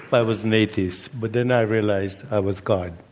but i was an atheist. but then i realized i was god.